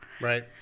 Right